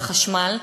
לחשמל.